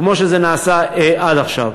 כמו שזה נעשה עד עכשיו.